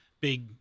big